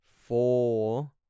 four